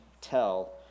tell